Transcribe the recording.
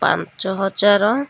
ପାଞ୍ଚ ହଜାର